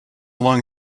long